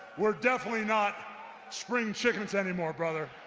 we're definitely not spring chickens anymore brother.